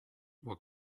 what